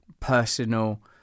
personal